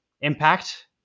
impact